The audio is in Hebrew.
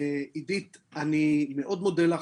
עידית, אני מאוד מודה לך,